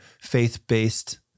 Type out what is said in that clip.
faith-based